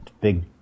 big